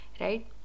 Right